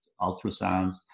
ultrasounds